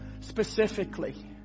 specifically